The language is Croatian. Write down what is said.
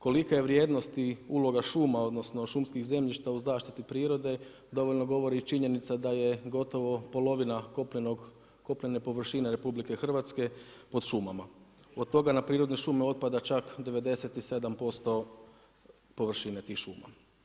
Kolika je vrijednost i uloga šuma odnosno šumskih zemljišta u zaštiti prirode dovoljno govori i činjenica da je gotovo polovina kopnene površine Republike Hrvatske pod šumama, od toga na prirodne šume otpada čak 97% površine tih šuma.